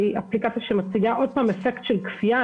היא עוד פעם אפליקציה שמציגה אפקט של כפייה,